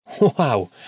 Wow